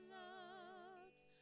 loves